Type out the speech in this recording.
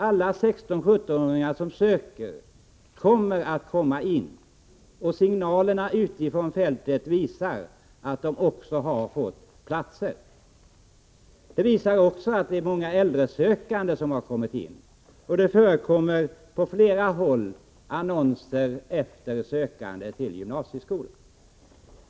Alla 16-17-åringar som söker kommer att komma in, och signalerna utifrån fältet visar att de också har fått platser. Det är också många äldresökande som har kommit in, och det förekommer på flera håll annonser efter sökande till gymnasieskolan.